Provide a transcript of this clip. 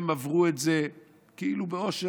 הם עברו את זה כאילו בעושר,